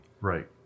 Right